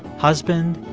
husband,